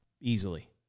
Easily